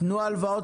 תנו הלוואות,